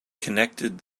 connected